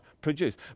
produce